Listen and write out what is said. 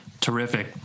Terrific